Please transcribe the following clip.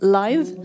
live